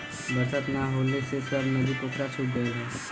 बरसात ना होले से सब नदी पोखरा सूख गयल हौ